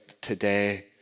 today